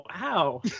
Wow